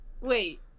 Wait